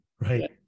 Right